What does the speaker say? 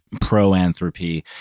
pro-anthropy